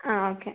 ആ ഓക്കെ